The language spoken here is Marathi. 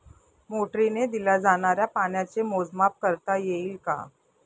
मोटरीने दिल्या जाणाऱ्या पाण्याचे मोजमाप करता येईल का?